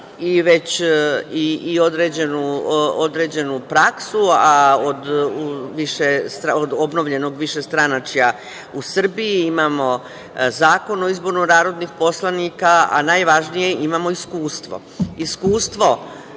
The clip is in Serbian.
zaista i određenu praksu, a od obnovljenog višestranačja u Srbiji imamo Zakon o izboru narodnih poslanika, a najvažnije imamo iskustvo.